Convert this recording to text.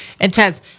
intense